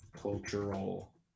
cultural